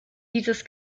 dieses